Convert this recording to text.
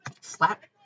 Slap